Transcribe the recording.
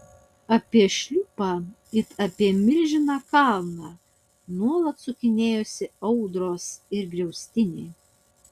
apie šliūpą it apie milžiną kalną nuolat sukinėjosi audros ir griaustiniai